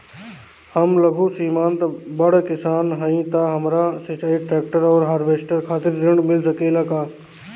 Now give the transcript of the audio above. हम लघु सीमांत बड़ किसान हईं त हमरा सिंचाई ट्रेक्टर और हार्वेस्टर खातिर ऋण मिल सकेला का?